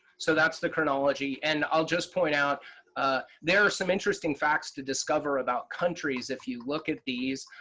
so that's the chronology, and i'll just point out there are some interesting facts to discover about countries if you look at these,